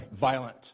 violent